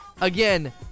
Again